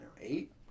Eight